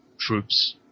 troops